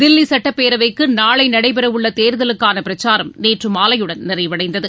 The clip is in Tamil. தில்லி சட்டப்பேரவைக்கு நாளை நடைபெறவுள்ள தேர்தலுக்கான பிரச்சாரம் நேற்று மாலையுடன் நிறைவடைந்தது